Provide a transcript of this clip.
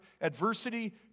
adversity